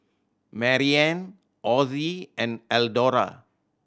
Marianna Osie and Eldora